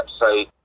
website